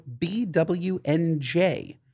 BWNJ